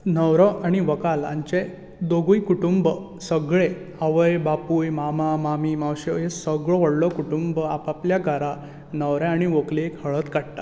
न्हवरो आनी व्हंकल हांचें दोनूय कुटूंब सगळे आवय बापूय मामा मामी मावश्यो हे सगळो व्हडलो कुटूंब आप आपल्या घरा न्हवरो आनी व्हंकलेक हळद काडटात